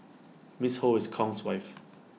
miss ho is Kong's wife